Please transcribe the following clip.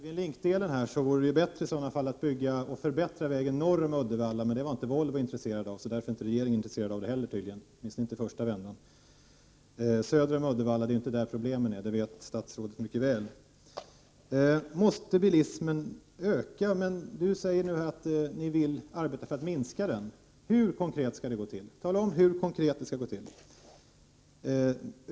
Herr talman! Beträffande Scandinavian Link-delen vore det bättre att förbättra vägen norr om Uddevalla, men det var inte Volvo intresserat av, och därför är tydligen inte heller regeringen intresserad av det, åtminstone inte i första vändan. Det är inte söder om Uddevalla som problemen finns — det vet statsrådet mycket väl. Måste bilismen öka? Nu säger statsrådet att regeringen vill arbeta för att minska den. Hur skall det gå till? Tala om hur det konkret skall gå till!